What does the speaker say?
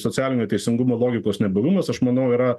socialinio teisingumo logikos nebylumas aš manau yra